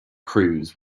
crews